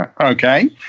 Okay